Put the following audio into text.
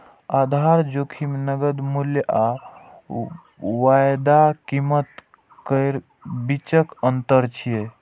आधार जोखिम नकद मूल्य आ वायदा कीमत केर बीचक अंतर छियै